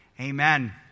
amen